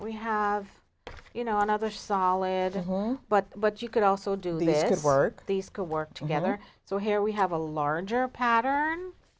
we have you know another solid home but what you could also do live work the school work together so here we have a larger pattern